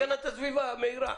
הגנת הסביבה מהירה.